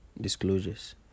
disclosures